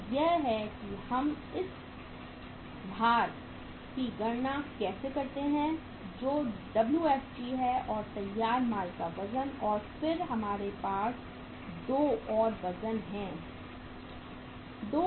तो यह है कि हम उस भार की गणना कैसे करते हैं जो WFG है जो तैयार माल का वजन है और फिर हमारे पास 2 और वजन है